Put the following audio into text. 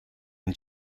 een